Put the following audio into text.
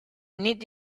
need